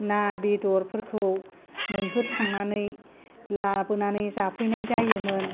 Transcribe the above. ना बेदरफोरखौ मैहुर थांनानै लाबोनानै जाफैनाय जायोमोन